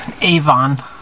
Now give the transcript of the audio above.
Avon